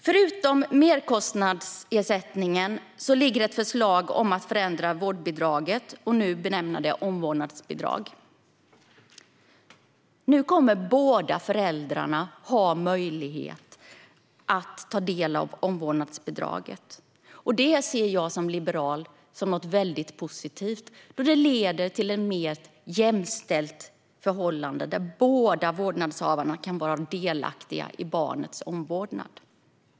Förutom merkostnadsersättningen ligger det ett förslag om att förändra vårdbidraget och nu benämna det omvårdnadsbidrag. Nu kommer båda föräldrarna att ha möjlighet att ta del av omvårdnadsbidraget. Det ser jag som liberal som något väldigt positivt, då det leder till ett mer jämställt förhållande där båda vårdnadshavarna kan vara delaktiga i barnets omvårdnad.